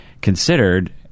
considered